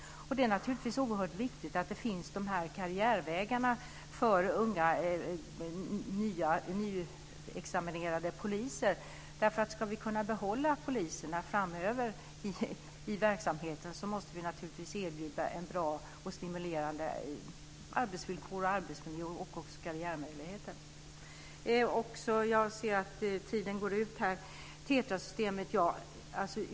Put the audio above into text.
Det är oerhört viktigt att de här karriärvägarna finns för unga nyexaminerade poliser. Ska vi kunna behålla poliserna framöver i verksamheten måste vi naturligtvis erbjuda en bra och stimulerande arbetsmiljö, bra arbetsvillkor och också karriärmöjligheter.